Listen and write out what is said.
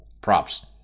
props